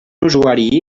usuari